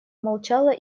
молчала